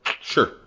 Sure